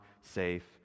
safe